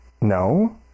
No